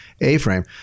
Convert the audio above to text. A-frame